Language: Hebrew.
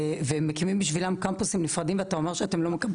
ומקימים בשבילם קמפוסים נפרדים ואתה אומר שאתם לא מקבלים?